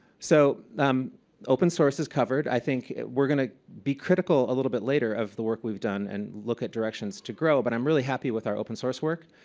so um open source is covered. i think we're going to be critical a little bit later of the work we've done and look at directions to grow, but i'm really happy with our open source work.